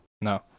No